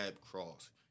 cross